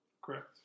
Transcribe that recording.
Correct